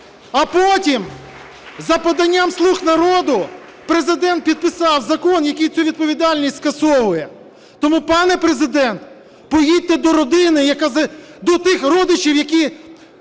А потім, за поданням "слуг народу", Президент підписав закон, який цю відповідальність скасовує. Тому, пане Президент, поїдьте до родини, до тих родичів, які